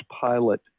pilot